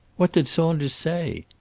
what did saunders say?